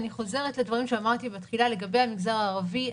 אני חוזרת לדברים שאמרתי בתחילה לגבי המגזר הערבי.